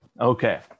Okay